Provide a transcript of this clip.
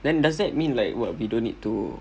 then does that mean like what we don't need to